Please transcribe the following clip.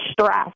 stress